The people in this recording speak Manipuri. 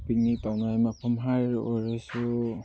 ꯄꯤꯛꯅꯤꯛ ꯇꯧꯅꯤꯉꯥꯏ ꯃꯐꯝ ꯍꯥꯏꯔ ꯑꯣꯏꯔꯁꯨ